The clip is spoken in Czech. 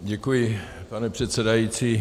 Děkuji, pane předsedající.